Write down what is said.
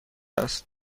است